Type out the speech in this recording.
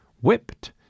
whipped